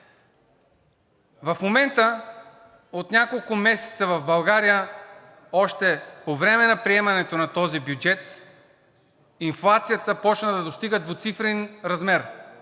В момента, от няколко месеца в България, още по време на приемането на този бюджет, инфлацията започна да достига двуцифрен размер.